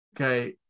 Okay